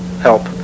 help